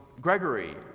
Gregory